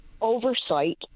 oversight